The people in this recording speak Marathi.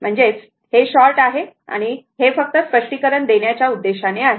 तर हे शॉर्ट आहे म्हणजे फक्त स्पष्टीकरण देण्याच्या उद्देशाने आहे